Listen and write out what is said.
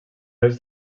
est